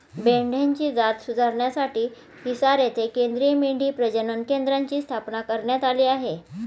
मेंढ्यांची जात सुधारण्यासाठी हिसार येथे केंद्रीय मेंढी प्रजनन केंद्राची स्थापना करण्यात आली आहे